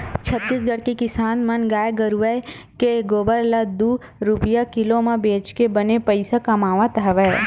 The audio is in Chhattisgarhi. छत्तीसगढ़ के किसान मन गाय गरूवय के गोबर ल दू रूपिया किलो म बेचके बने पइसा कमावत हवय